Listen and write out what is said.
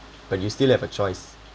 but you still have a choice